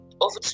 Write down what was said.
over